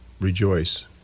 rejoice